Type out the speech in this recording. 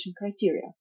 criteria